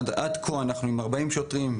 עד כה אנחנו עם 40 שוטרים,